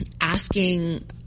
asking